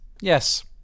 Yes